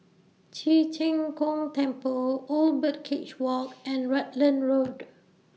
Ci Zheng Gong Temple Old Birdcage Walk and Rutland Road